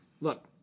look